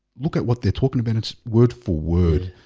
look at what they're talking about? it's word for word,